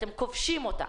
הם כובשים אותה.